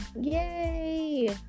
Yay